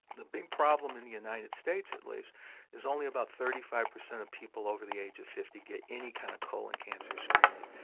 the big problem in the united states at least is only about thirty five percent of people over the age of fifty get any kind of colon cancer screening.